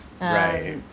Right